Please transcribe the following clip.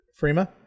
Freema